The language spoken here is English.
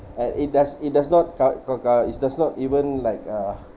and it does it does not cover it does not even like uh